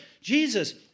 Jesus